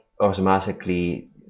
automatically